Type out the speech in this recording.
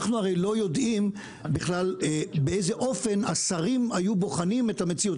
אנחנו הרי לא יודעים בכלל באיזה אופן השרים היו בוחנים את המציאות.